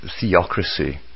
theocracy